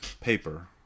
paper